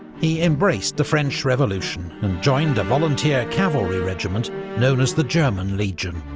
he embraced the french revolution, and joined a volunteer cavalry regiment known as the german legion,